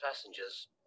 passengers